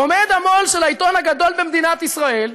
עומד המו"ל של העיתון הגדול במדינת ישראל,